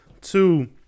Two